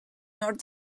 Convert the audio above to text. nord